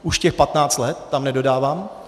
Už těch patnáct let tam nedodávám.